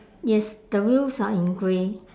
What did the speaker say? yes the wheels are in grey